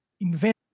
invent